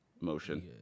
motion